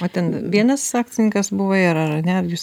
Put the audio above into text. o ten vienas akcininkas buvai ar ar ne ar jūs